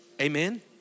Amen